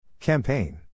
Campaign